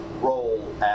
role